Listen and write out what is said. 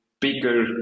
bigger